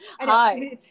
Hi